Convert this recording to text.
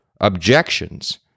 objections